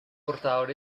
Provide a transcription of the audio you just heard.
portador